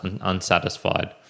unsatisfied